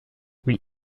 oui